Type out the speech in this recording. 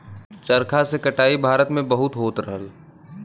चरखा से कटाई भारत में बहुत होत रहल